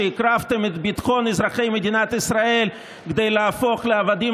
הקרבתם את ביטחון אזרחי מדינת ישראל כדי להפוך לעבדים